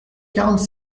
quarante